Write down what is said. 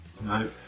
No